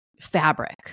fabric